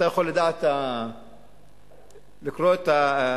אתה יכול לקרוא את המכתב,